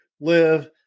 live